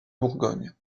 bourgogne